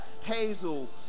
hazel